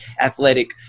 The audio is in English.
athletic